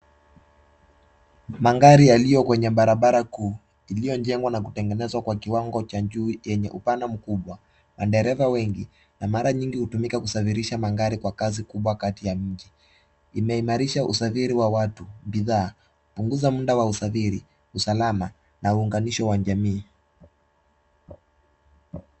Magari yaliyo kwenye barabara kuu, iliyojengwa na kutengenezwa kwa kiwango cha juu yenye upana mkubwa na dereva wengi na mara nyingi hutumika kusafirisha magari kwa kasi kubwa kati ya mji. Imeimarisha usafiri wa watu bidhaa, punguza muda wa usafiri, usalama na uunganisho wa jamii.